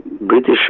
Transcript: British